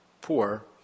poor